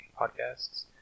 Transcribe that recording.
podcasts